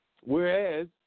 Whereas